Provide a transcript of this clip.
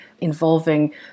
involving